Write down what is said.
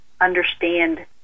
understand